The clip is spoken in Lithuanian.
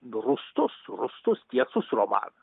rūstus rūstus tiesus romanas